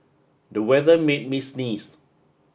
the weather made me sneeze